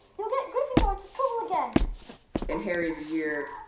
you'll get gryffindor into trouble again in harry's year,